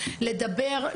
לדבר,